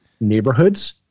neighborhoods